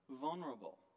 Vulnerable